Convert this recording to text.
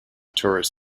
tourist